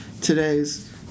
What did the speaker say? today's